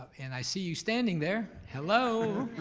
and i see you standing there. hello?